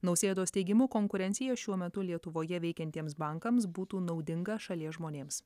nausėdos teigimu konkurencija šiuo metu lietuvoje veikiantiems bankams būtų naudinga šalies žmonėms